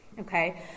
Okay